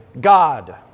God